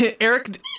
Eric